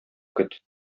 көт